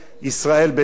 ואנחנו יודעים,